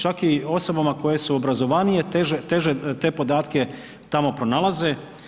Čak i osobama koje su obrazovanije, teže te podatke tamo pronalaze.